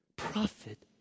Prophet